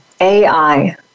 AI